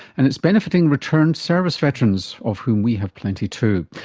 and it's benefiting returned service veterans, of whom we have plenty too.